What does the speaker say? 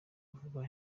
vuba